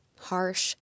harsh